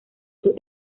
sus